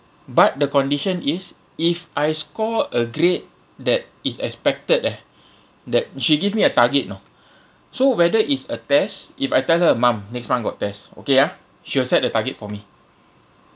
but the condition is if I score a grade that is expected eh that she gave me a target you know so whether is a test if I tell her mum next month got test okay ah she will set the target for me